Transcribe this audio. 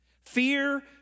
Fear